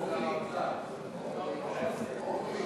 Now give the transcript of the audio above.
אורלי,